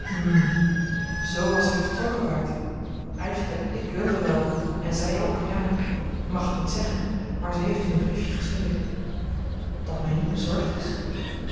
z als gij vertrokken waart eigenlijk ik wilde wel en zij ook ja ik mag het niet zeggen maar zij heeft u een briefje geschreven dat mij niet bezorgd is